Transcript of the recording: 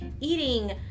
eating